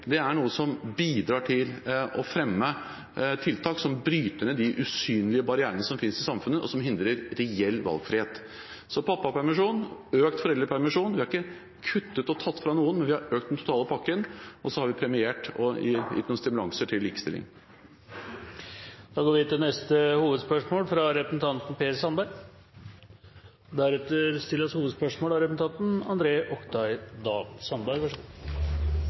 er noe som bidrar til å fremme tiltak som bryter ned de usynlige barrierene som finnes i samfunnet, og som hindrer reell valgfrihet. Når det gjelder pappapermisjon og økt foreldrepermisjon, har vi ikke kuttet og tatt fra noen, men vi har økt den totale pakken. Vi har premiert og gitt noen stimulanser til likestilling. Da går vi til neste hovedspørsmål.